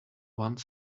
one